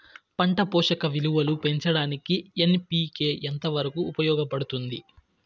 పంట పోషక విలువలు పెంచడానికి ఎన్.పి.కె ఎంత వరకు ఉపయోగపడుతుంది